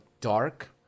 dark